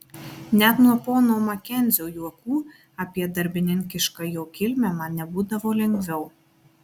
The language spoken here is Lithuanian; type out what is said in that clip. net nuo pono makenzio juokų apie darbininkišką jo kilmę man nebūdavo lengviau